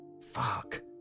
Fuck